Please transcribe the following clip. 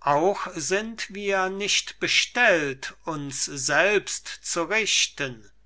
auch sind wir nicht bestellt uns selbst zu richten